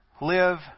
live